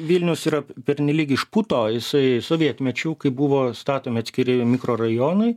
vilniaus yra pernelyg išputo jisai sovietmečiu kai buvo statomi atskiri mikrorajonai